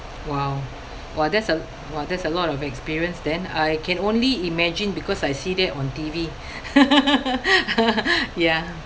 !wow! !wah! that's a !wah! that's a lot of experience then I can only imagine because I see that on T_V ya